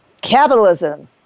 capitalism